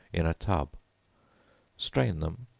in a tub strain them,